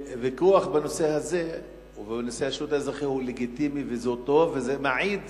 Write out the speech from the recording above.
וויכוח בנושא הזה ובנושא השירות האזרחי הוא לגיטימי והוא טוב וזה מעיד